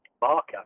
marker